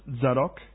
Zadok